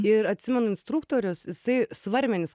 ir atsimenu instruktorius jisai svarmenis